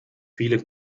viele